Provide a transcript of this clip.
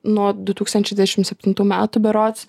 nuo du tūkstančiai dvidešim septintų metų berods